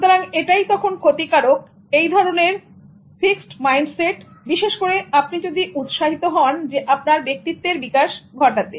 সুতরাং এটাই তখন ক্ষতিকারক এই ধরনের ফিক্সড মাইন্ডসেট বিশেষ করে আপনি যদি উৎসাহিত হন আপনার ব্যক্তিত্বের বিকাশ ঘটাতে